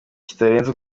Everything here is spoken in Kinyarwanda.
kitarenze